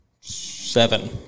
Seven